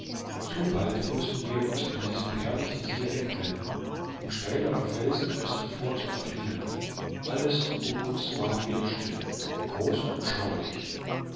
zu bald mußten wir uns von dem herrlichen see wegwenden um steilere felsen als zuvor zu erklimmen alles um uns ward wieder still groß und schauerlich